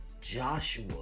joshua